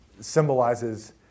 symbolizes